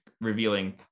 revealing